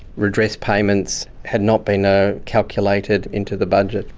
redress payments had not been ah calculated into the budget.